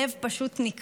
לעם שלם הלב פשוט נקרע.